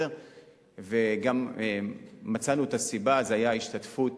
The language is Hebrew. מצאנו את הסיבה, זה היה השתתפות